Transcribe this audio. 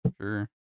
Sure